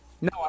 No